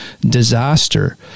disaster